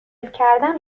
کردن